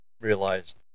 realized